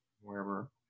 wherever